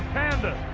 and